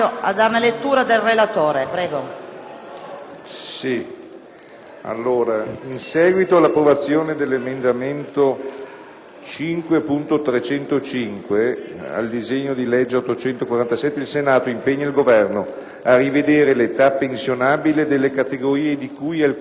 Repubblica, in seguito all'approvazione dell'emendamento 5.305 al disegno di legge n. 847, il Senato impegna il Governo a rivedere l'età pensionabile delle categorie di cui al comma 11 dell'articolo 72